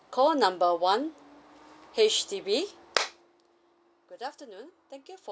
call number one H_D_B good afternoon thank you for